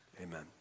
Amen